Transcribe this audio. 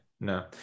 No